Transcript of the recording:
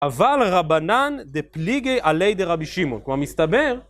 אבל רבנן דפליגי עליה דרבי שמעון. כלומר מסתבר,